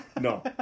no